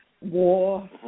war